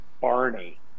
Barney